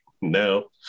no